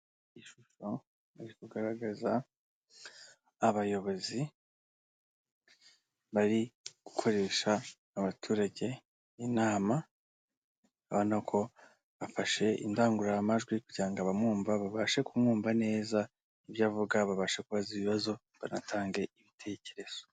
Ishusho riri kugaragaza abayobozi bari gukoresha abaturage inama, ubona ko afashe indangururamajwi kugira abamwumva babashe kumwumva neza ibyo avuga babashe kubaza ibibazo banatange ibitekerezo.